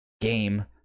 game